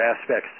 aspects